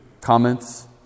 comments